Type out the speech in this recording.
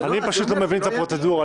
אני פשוט לא מבין את הפרוצדורה.